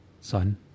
Son